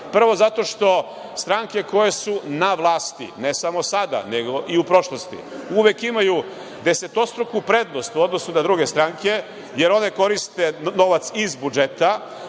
Prvo zato što stranke koje su na vlasti, ne samo sada, nego i u prošlosti, uvek imaju desetostruku prednost u odnosu na druge stranke, jer one koriste novac iz budžeta,